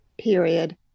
period